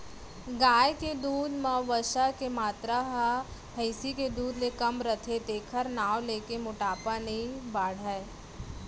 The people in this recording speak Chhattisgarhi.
गाय के दूद म वसा के मातरा ह भईंसी के दूद ले कम रथे तेकर नांव लेके मोटापा नइ बाढ़य